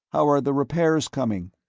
how are the repairs coming?